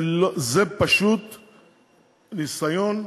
זה פשוט ניסיון,